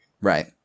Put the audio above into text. Right